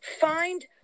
Find